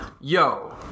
yo